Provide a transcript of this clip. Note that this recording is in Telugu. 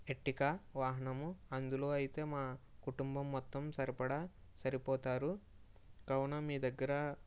ఎర్టికా వాహనము అందులో అయితే మా కుటుంబం మొత్తం సరిపడ సరిపోతారు కావున మీ దగ్గర